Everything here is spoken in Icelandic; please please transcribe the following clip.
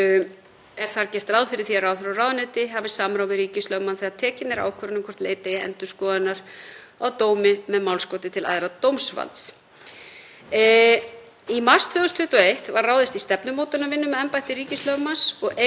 Í mars 2021 var ráðist í stefnumótunarvinnu með embætti ríkislögmanns. Ein af meginniðurstöðum þeirrar vinnu var sú að ríkislögmaður skyldi móta viðmið og meginreglur um fyrirsvar embættisins í málum sem rekin eru fyrir dómstólum fyrir hönd ríkisins.